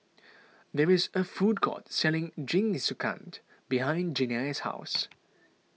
there is a food court selling Jingisukan behind Gianni's house